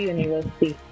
University